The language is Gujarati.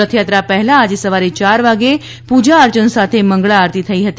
રથયાત્રા પહેલા આજે સવારે યાર વાગે પૂજા અર્ચન સાથે મંગળા આરતી થઇ હતી